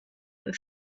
and